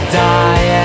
die